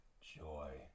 joy